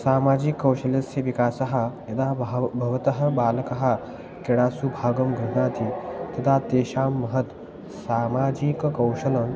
सामाजिककौशल्यस्य विकासः यदा बहवः भवतः बालकः क्रीडासु भागं गृह्णाति तदा तेषां महत् सामाजिककौशलं